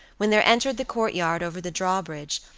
when there entered the courtyard, over the drawbridge,